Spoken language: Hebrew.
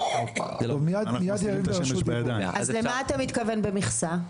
אז למה אתה מתכוון במכסה?